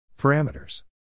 Parameters